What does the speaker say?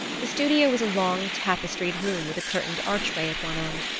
the studio was a long tapestried room with a curtained archway at one end.